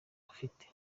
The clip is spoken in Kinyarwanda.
abafite